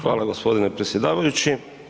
Hvala gospodine predsjedavajući.